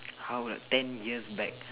how about ten years back